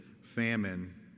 famine